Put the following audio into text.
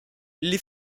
les